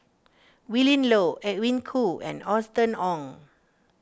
Willin Low Edwin Koo and Austen Ong